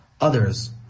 others